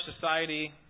society